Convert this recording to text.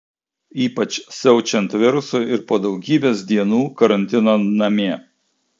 ypač siaučiant virusui ir po daugybės dienų karantino namie